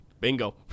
Bingo